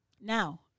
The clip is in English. Now